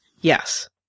Yes